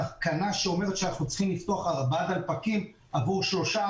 תקנה שאומרת שאנחנו צריכים לפתוח ארבעה דלפקים עבור שלושה,